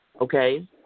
okay